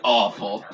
awful